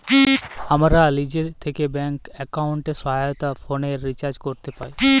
আমরা লিজে থ্যাকে ব্যাংক এক্কাউন্টের সহায়তায় ফোলের রিচাজ ক্যরতে পাই